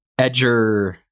Edger